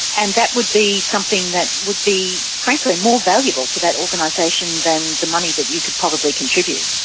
and that would be something that would be frankly more valuable to that organisation than the money that you could probably contribute.